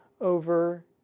over